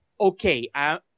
okay